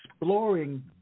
exploring